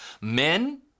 Men